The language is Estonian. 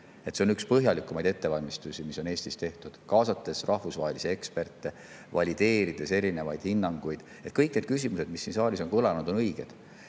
see on üks põhjalikumaid ettevalmistusi, mis on Eestis tehtud, kaasates rahvusvahelisi eksperte ja valideerides erinevaid hinnanguid. Kõik need küsimused, mis siin saalis on kõlanud, on õiged,